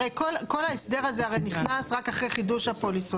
הרי כל ההסדר הזה הרי נכנס רק אחרי חידוש הפוליסות.